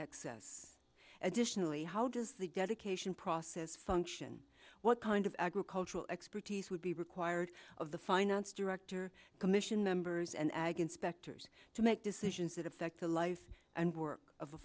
excess additionally how does the dedication process function what kind of agricultural expertise would be required of the finance director commission members and ag inspectors to make decisions that affect the life and work of